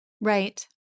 Right